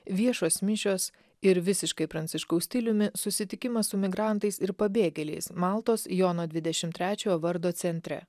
viešos mišios ir visiškai pranciškaus stiliumi susitikimas su migrantais ir pabėgėliais maltos jono dvidešim trečiojo vardo centre